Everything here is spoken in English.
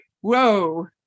Whoa